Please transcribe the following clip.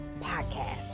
podcast